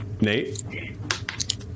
Nate